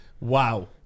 Wow